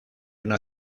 una